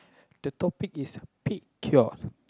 the topic is paid cured